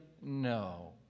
no